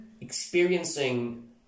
experiencing